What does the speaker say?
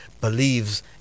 believes